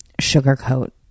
sugarcoat